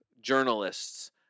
journalists